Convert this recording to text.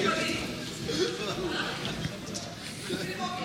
אני מבקשת את זכות התגובה.